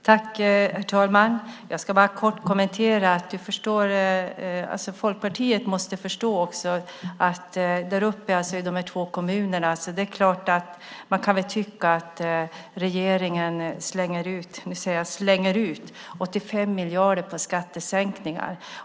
Herr talman! Jag ska bara göra en kort kommentar. Folkpartiet måste förstå att man i de två kommunerna Kiruna och Gällivare kan tycka att regeringen slänger ut 85 miljarder på skattesänkningar.